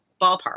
ballpark